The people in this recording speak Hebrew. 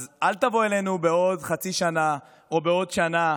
אז אל תבוא אלינו בעוד חצי שנה או בעוד שנה,